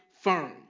firm